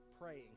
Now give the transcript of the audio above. praying